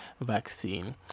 vaccine